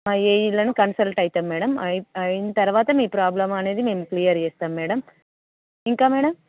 ఆ ఏఇలను కన్సల్ట్ అవుతాం మ్యాడమ్ అయ్యి అయిన తరువాత మీ ప్రాబ్లమ్ అనేది మేము క్లియర్ చేస్తాం మ్యాడమ్ ఇంకా మ్యాడమ్